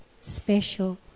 special